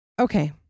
Okay